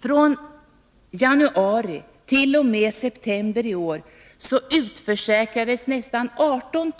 Från januari t.o.m. september i år utförsäkrades nästan 18